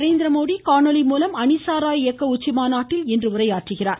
நரேந்திரமோடி காணொலி மூலம் அணிசாரா இயக்க உச்சிமாநாட்டில் இன்று உரையாற்றுகிறார்